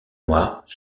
mois